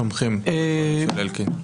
תומכים בדברים של אלקין.